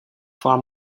far